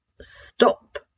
stop